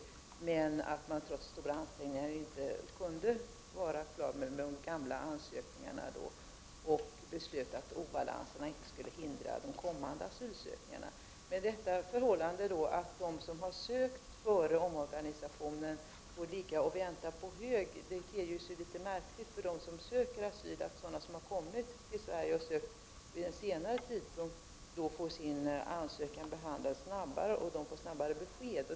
Trots stora ansträngningar var man inte färdig med de gamla ansökningarna, och man beslöt då att obalanserna inte skulle hindra behandlingen av de kommande asylansökningarna. Men det ter sig litet märkligt för dem som sökt asyl att ansökninarna från dem som sökt asyl före omorganisationen får ligga och vänta på hög, medan de som sökt vid en senare tidpunkt får sina ansökningar snabbare behandlade och får snabbare besked.